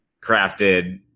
crafted